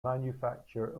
manufacture